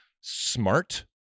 smart